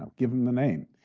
um give him the name.